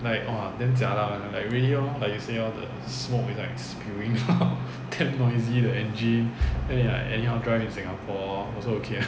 like !wah! damn jialat [one] like really lor like you say lor the smoke is like spewing out damn noisy the engine then they like anyhow drive in singapore also okay